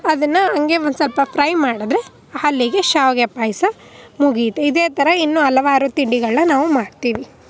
ಅದನ್ನು ಹಾಗೆ ಒಂದ್ಸ್ವಲ್ಪ ಫ್ರೈ ಮಾಡಿದ್ರೆ ಹಲ್ಲಿಗೆ ಶಾವಿಗೆ ಪಾಯಸ ಮುಗೀತು ಇದೇ ಥರ ಇನ್ನೂ ಹಲವಾರು ತಿಂಡಿಗಳನ್ನ ನಾವು ಮಾಡ್ತೀವಿ